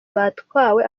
batwawe